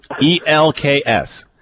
E-L-K-S